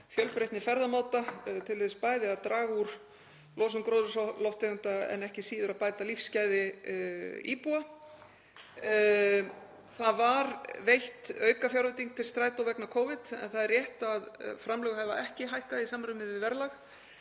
fjölbreytni í ferðamáta til þess bæði að draga úr losun gróðurhúsalofttegunda en ekki síður að bæta lífsgæði íbúa. Það var veitt aukafjárveiting til Strætó vegna Covid en það er rétt að framlög hafa ekki hækkað í samræmi við verðlag.